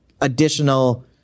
additional